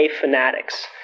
fanatics